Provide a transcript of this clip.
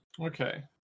Okay